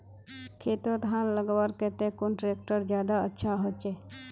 खेतोत हाल लगवार केते कुन ट्रैक्टर ज्यादा अच्छा होचए?